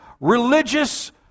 religious